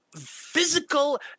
physical